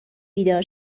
بیدار